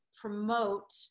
promote